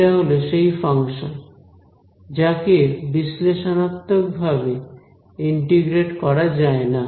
এটা হল সেই ফাংশন যাকে বিশ্লেষণাত্মক ভাবে ইন্টিগ্রেট করা যায় না